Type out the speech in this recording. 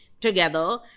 together